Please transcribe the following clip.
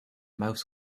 mouse